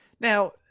Now